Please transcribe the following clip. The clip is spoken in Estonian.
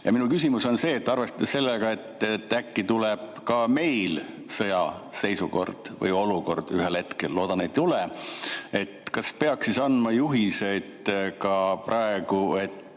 Minu küsimus on see: arvestades sellega, et äkki tuleb ka meil sõjaseisukord või ‑olukord ühel hetkel – loodan, et ei tule –, kas peaks siis andma juhiseid ka praegu, et